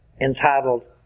entitled